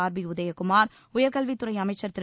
RB Udhayakumar உயர்கல்வித் துறை அமைச்சர் திரு